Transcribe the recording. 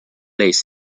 类似